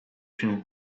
się